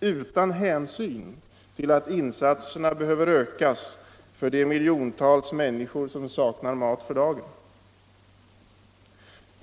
utan hänsyn till att insatserna behöver ökas för de miljontals människor som saknar mat för dagen.